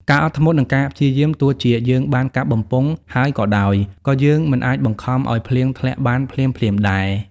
ការអត់ធ្មត់ និងការព្យាយាម ទោះជាយើងបានកាប់បំពង់ហើយក៏ដោយ ក៏យើងមិនអាចបង្ខំឱ្យភ្លៀងធ្លាក់បានភ្លាមៗដែរ។